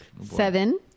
seven